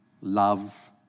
love